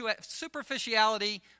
superficiality